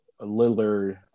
Lillard